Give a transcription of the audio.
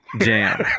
Jam